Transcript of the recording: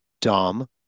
dumb